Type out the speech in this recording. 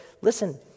listen